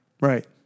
Right